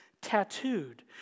tattooed